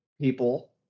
people